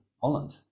holland